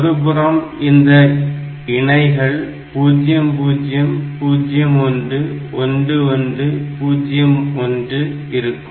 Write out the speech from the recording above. ஒரு புறம் இந்த இணைகள் 00 01 11 01 இருக்கும்